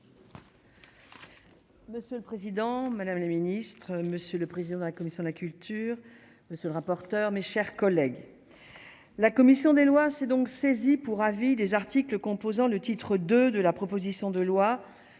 Monsieur le président, madame la ministre, monsieur le président de la commission de la culture, monsieur le rapporteur, mes chers collègues, la commission des lois, s'est donc saisie pour avis des articles composant le titre 2 de la proposition de loi